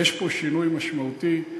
יש פה שינוי משמעותי.